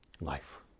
Life